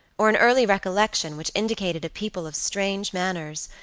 or an early recollection, which indicated a people of strange manners,